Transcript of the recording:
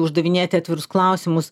uždavinėti atvirus klausimus